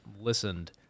listened